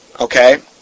Okay